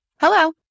Hello